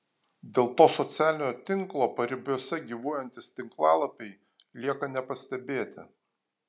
dėl to socialinio tinklo paribiuose gyvuojantys tinklalapiai lieka nepastebėti